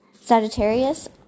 Sagittarius